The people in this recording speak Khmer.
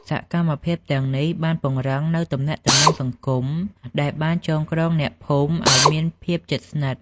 សកម្មភាពទាំងនេះបានពង្រឹងនូវទំនាក់ទំនងសង្គមដែលបានចងក្រងអ្នកភូមិឲ្យមានភាពជិតស្និទ្ធ។